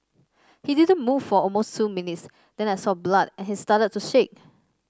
he didn't move for almost two minutes then I saw blood and he started to shake